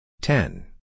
Ten